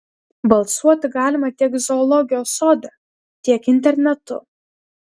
balsuoti galima tiek zoologijos sode tiek internetu